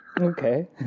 Okay